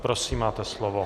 Prosím, máte slovo.